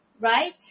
Right